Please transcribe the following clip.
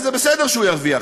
וזה בסדר שהוא ירוויח,